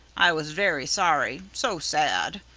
i was very sorry so sad.